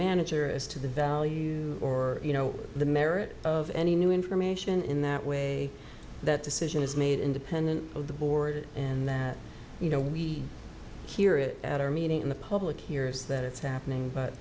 manager as to the value or you know the merit of any new information in that way that decision is made independent of the board and that you know we hear it at our meeting in the public hears that it's happening but